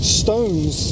stones